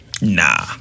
Nah